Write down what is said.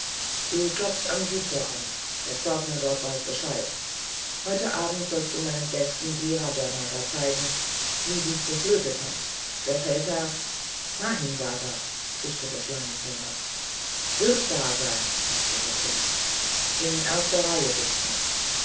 du klopfest am südtor an der pförtner dort weiß bescheid heute abend sollst du meinen gasten die rajanaga zeigen wie sie zur flöte tanzt der feldherr mahimsasa zischte der schlangenzähmer wird da sein nickte der prinz in erster reihe sitzend